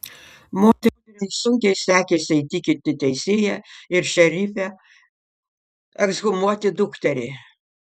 moteriai sunkiai sekėsi įtikinti teisėją ir šerifą ekshumuoti dukterį